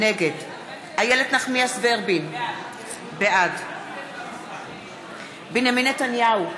נגד איילת נחמיאס ורבין, בעד בנימין נתניהו,